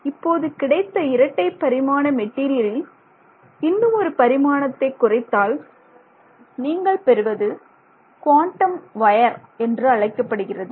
இப்போது கிடைத்த இரட்டை பரிமாண மெட்டீரியலில் இன்னுமொரு பரிமாணத்தை குறைத்தால் நீங்கள் பெறுவது குவாண்டம் வயர் என்று அழைக்கப்படுகிறது